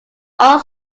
art